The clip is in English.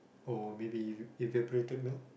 or maybe evaporated milk